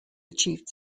achieved